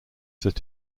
that